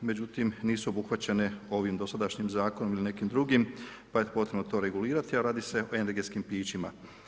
Međutim, nisu obuhvaćene ovih dosadašnjim zakonom ili nekim drugim, pa je potrebno to regulirati, a radi se o energetskim pićima.